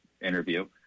interview